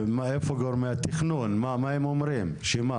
איפה גורמי התכנון, מה הם אומרים, שמה?